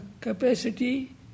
capacity